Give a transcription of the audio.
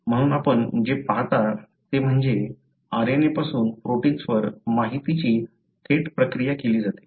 म्हणून आपण जे पाहता ते म्हणजे RNA पासून प्रोटिन्सवर माहितीची थेट प्रक्रिया केली जाते